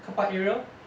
carpark area